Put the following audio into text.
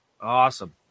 Awesome